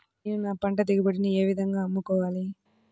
నేను నా పంట దిగుబడిని ఏ విధంగా అమ్ముకోవాలి?